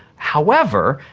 however,